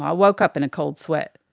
um woke up in a cold sweat.